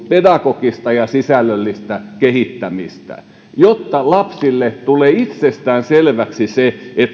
pedagogista ja sisällöllistä kehittämistä jotta lapsille tulee itsestäänselväksi se että